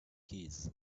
keys